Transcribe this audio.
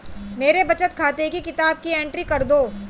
मेरे बचत खाते की किताब की एंट्री कर दो?